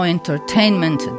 Entertainment